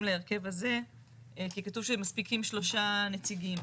להרכב הזה כי כתוב שמספיקים שלושה נציגים